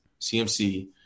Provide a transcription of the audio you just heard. CMC